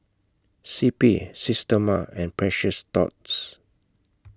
C P Systema and Precious Thots